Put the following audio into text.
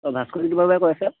কৈ আছে